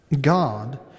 God